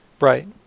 Right